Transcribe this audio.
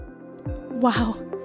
Wow